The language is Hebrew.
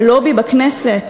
על לובי בכנסת?